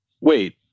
Wait